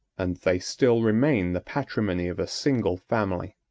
and they still remain the patrimony of a single family.